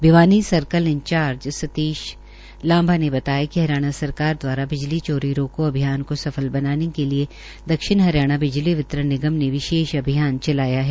Bhiwani circle in charge Satish Lamba ने बताया हरियाणा सरकार दवारा बिजली चोरी रोको अभियान को सफल बनाने के लिए दक्षिण हरियाणा बिजली वितरण निगम के विशेष अभियान चलाया है